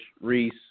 Reese